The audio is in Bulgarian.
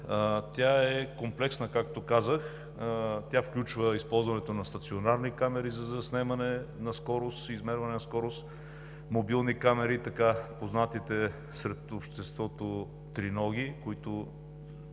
тя е комплексна, както казах. Тя включва използването на стационарни камери за заснемане на скорост, измерване на скорост, мобилни камери – така познатите сред обществото „триноги“, които